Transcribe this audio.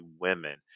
women